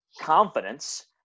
confidence